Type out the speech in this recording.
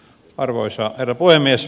arvoisa herra puhemies